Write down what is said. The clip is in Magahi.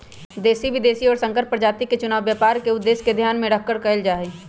देशी, विदेशी और संकर प्रजाति के चुनाव व्यापार के उद्देश्य के ध्यान में रखकर कइल जाहई